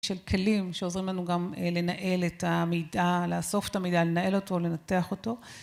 של כלים שעוזרים לנו גם לנהל את המידע, לאסוף את המידע, לנהל אותו, לנתח אותו.